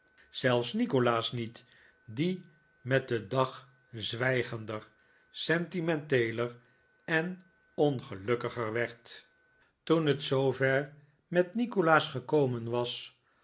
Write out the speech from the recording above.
zelfs nikolaas niet die met den dag zwij gender sentimenteeler en ongelukkiger werd toen het zoover met nikolaas gekomen was